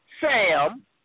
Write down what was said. Sam